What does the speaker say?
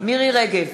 מירי רגב,